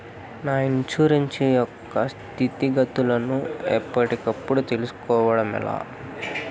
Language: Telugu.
నా ఇన్సూరెన్సు యొక్క స్థితిగతులను గతులను ఎప్పటికప్పుడు కప్పుడు తెలుస్కోవడం ఎలా?